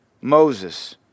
Moses